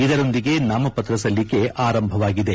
ಇದರೊಂದಿಗೆ ನಾಮಪತ್ರ ಸಲ್ಲಿಕೆ ಆರಂಭವಾಗಿದೆ